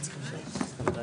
בשעה